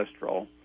cholesterol